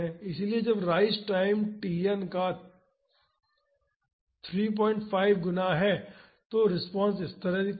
इसलिए जब rise time Tn का 35 गुना है तो रिस्पांस इस तरह दिखता है